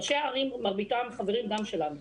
ראשי ערים, מרביתם, חברים גם שלנו.